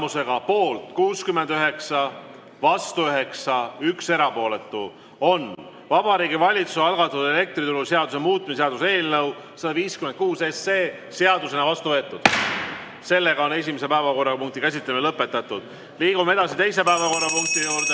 poolt 69, vastu 9 ja 1 erapooletu, on Vabariigi Valitsuse algatatud elektrituruseaduse muutmise seaduse eelnõu 156 seadusena vastu võetud. Esimese päevakorrapunkti käsitlemine on lõpetatud. Liigume edasi teise päevakorrapunkti juurde,